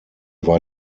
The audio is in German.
war